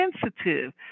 sensitive